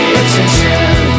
attention